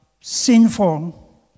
sinful